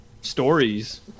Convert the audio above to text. stories